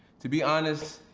to be honest,